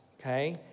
okay